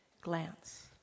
glance